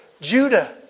judah